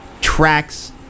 tracks